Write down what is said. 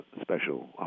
special